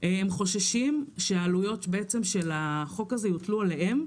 שחוששים שהעלויות של החוק הזה יוטלו עליהם,